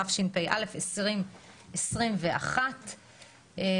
התאריך ה-16.02.2022 למניינם,